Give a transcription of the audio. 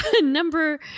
number